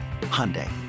Hyundai